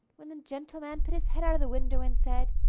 when the gentleman put his head out of the window and said